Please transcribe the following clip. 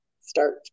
start